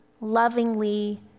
lovingly